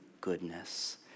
goodness